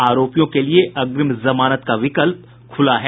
आरोपियों के लिए अग्रिम जमानत का विकल्प खुला है